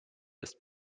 ist